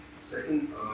Second